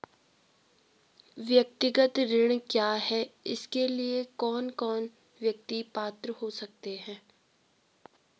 व्यक्तिगत ऋण क्या है इसके लिए कौन कौन व्यक्ति पात्र हो सकते हैं?